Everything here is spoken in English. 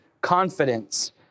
confidence